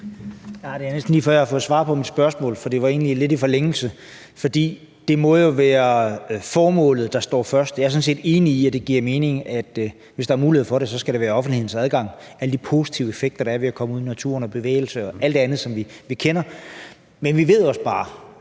Christensen (DF): Det er næsten lige før, jeg har fået svar på mit spørgsmål. For det var egentlig lidt i forlængelse af det, der blev sagt. For det må jo være formålet, der står først. Jeg er sådan set enig i, at det giver mening, hvis der er mulighed for det, at der skal være offentlig adgang. Vi kender alle de positive effekter, der er ved at komme ud i naturen – bevægelse og alt det andet. Men vi ved også bare,